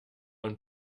und